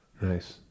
nice